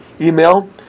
email